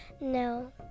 No